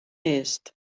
est